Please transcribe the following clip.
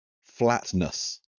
flatness